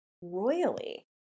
royally